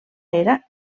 era